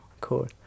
Cool